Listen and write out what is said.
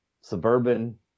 suburban